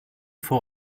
vor